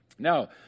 Now